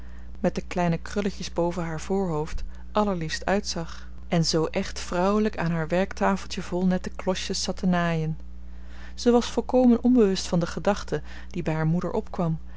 met de kleine krulletjes boven haar voorhoofd allerliefst uitzag en zoo echt vrouwelijk aan haar werktafeltje vol nette klosjes zat te naaien ze was volkomen onbewust van de gedachte die bij haar moeder opkwam